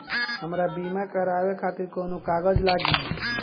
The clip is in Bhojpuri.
हमरा बीमा करावे खातिर कोवन कागज लागी?